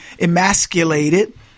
emasculated